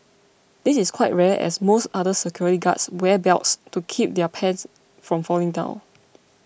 this is quite rare as most other security guards wear belts to keep their pants from falling down